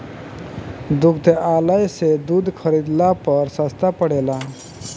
दुग्धालय से दूध खरीदला पर सस्ता पड़ेला?